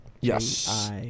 Yes